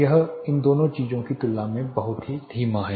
यह इन दोनों चीजों की तुलना में बहुत ही धीमा है